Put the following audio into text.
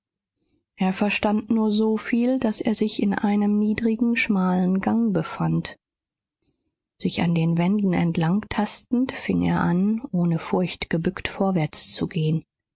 er verstand nur soviel daß er sich in einem niedrigen schmalen gang befand sich an den wänden entlang tastend fing er an ohne furcht gebückt vorwärts zu gehen